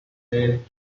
made